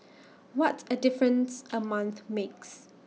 what A difference A month makes